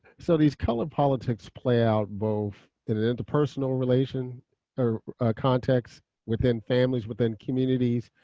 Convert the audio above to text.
so these color politics play out both in an interpersonal relation or context, within families within communities,